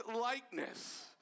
likeness